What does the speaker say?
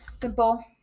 Simple